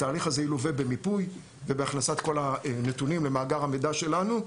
התהליך הזה ילווה במיפוי ובהכנסת כל הנתונים למאגר המידע שלנו,